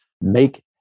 make